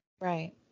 Right